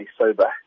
sober